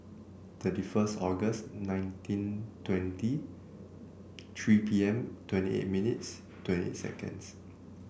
thirty first August nineteen twenty three P M twenty eight minutes twenty seconds